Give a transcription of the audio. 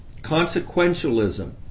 Consequentialism